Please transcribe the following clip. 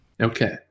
Okay